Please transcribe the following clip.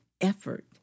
effort